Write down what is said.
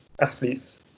athletes